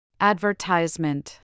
Advertisement